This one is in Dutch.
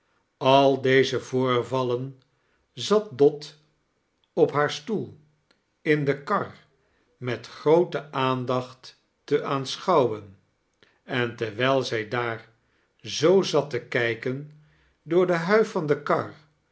al deze voorvallen zat dot op haar stoel in de kar met groote aandacht te aanschouwen en terwijl zij daar zoo zat te kijken door de huif van de kar